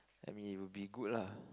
I mean it would be good lah